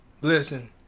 Listen